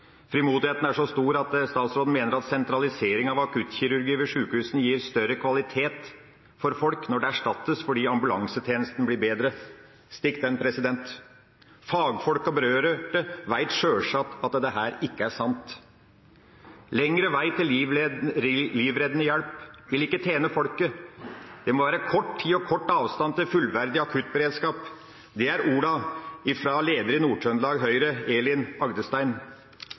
Frimodigheten er så stor at statsråden mener at sentralisering av akuttkirurgi ved sjukehusene gir større kvalitet for folk når det erstattes, fordi ambulansetjenesten blir bedre. Stikk den, president! Fagfolk og berørte vet sjølsagt at dette ikke er sant. Lengre vei til livreddende hjelp vil ikke tjene folket. Det må være kort tid og kort avstand til fullverdig akuttberedskap. Det er ordene fra lederen i Nord-Trøndelag Høyre, Elin Agdestein.